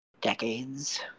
decades